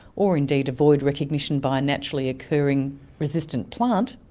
or indeed avoid recognition by a naturally occurring resistant plant,